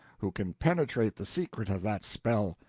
who can penetrate the secret of that spell,